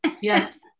Yes